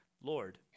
Lord